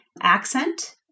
accent